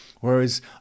Whereas